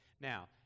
Now